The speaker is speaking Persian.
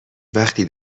وقتی